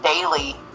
daily